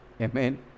Amen